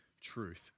truth